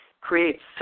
creates